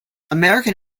american